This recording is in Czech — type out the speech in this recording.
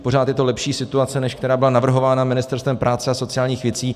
Pořád je to lepší situace, než která byla navrhována Ministerstvem práce a sociálních věcí.